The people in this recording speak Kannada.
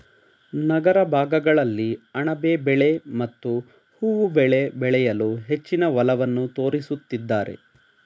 ನಗರ ಭಾಗಗಳಲ್ಲಿ ಅಣಬೆ ಬೆಳೆ ಮತ್ತು ಹೂವು ಬೆಳೆ ಬೆಳೆಯಲು ಹೆಚ್ಚಿನ ಒಲವನ್ನು ತೋರಿಸುತ್ತಿದ್ದಾರೆ